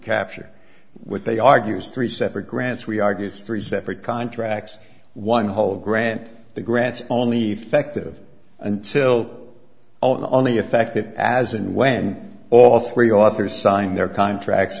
capture what they argue as three separate grants we argue it's three separate contracts one whole grant the grants only effective until only effective as and when all three authors sign their contracts